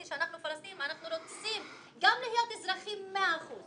אנחנו רוצים גם להיות אזרחים מאה אחוז